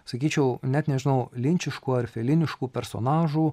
sakyčiau net nežinau linčiškų ar feliniškų personažų